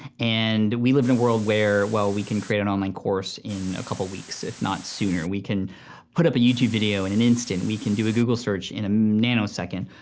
and we live in a world where well we can create an online course in a couple weeks, if not sooner. we can put up a youtube video in an instant. we can do a google search in a nanosecond.